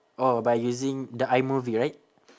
oh by using the imovie right